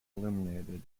illuminated